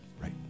Right